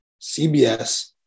CBS